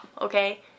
okay